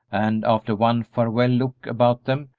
and, after one farewell look about them,